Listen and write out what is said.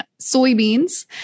soybeans